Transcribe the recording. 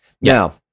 now